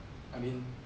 I mean